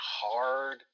hard